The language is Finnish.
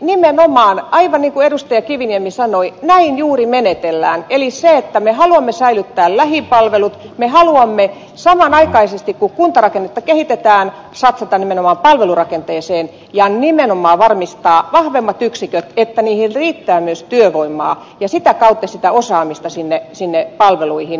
nimenomaan aivan niin kuin edustaja kiviniemi sanoi näin juuri menetellään eli me haluamme säilyttää lähipalvelut me haluamme samanaikaisesti kun kuntarakennetta kehitetään satsata nimenomaan palvelurakenteeseen ja nimenomaan varmistaa vahvemmat yksiköt että niihin riittää myös työvoimaa ja sitä kautta sitä osaamista sinne palveluihin